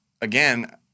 again